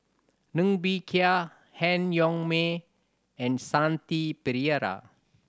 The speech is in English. Ng Bee Kia Han Yong May and Shanti Pereira